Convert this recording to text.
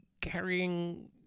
carrying